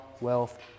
wealth